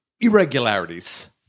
irregularities